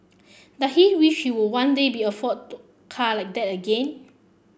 does he wish we would one day be afford to car like that again